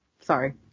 Sorry